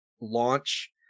launch